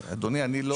אדוני, אני לא.